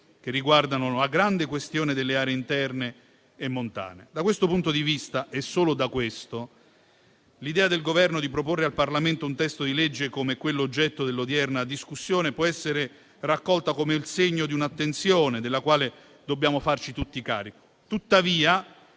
che riguardano la grande questione delle aree interne e montane. Da questo punto di vista - e solo da questo - l'idea del Governo di proporre al Parlamento un testo di legge come quello oggetto dell'odierna discussione può essere raccolta come il segno di un'attenzione della quale dobbiamo farci tutti carico;